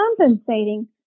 compensating